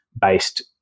based